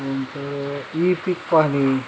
नंतर ई पीक पाहणी